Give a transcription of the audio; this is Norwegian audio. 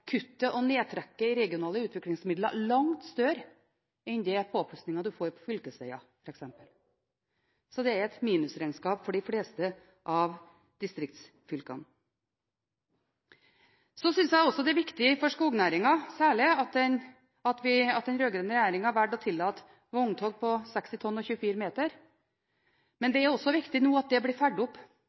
får på f.eks. fylkesveger. Det er et minusregnskap for de fleste av distriktsfylkene. Så synes jeg også det er viktig, særlig for skognæringa, at den rød-grønne regjeringen valgte å tillate vogntog på 60 tonn og 24 meter, men det er også viktig at dette nå blir fulgt opp av Vegvesenet, av fylkene og av kommunene, slik at alle veger som tåler det, fortløpende blir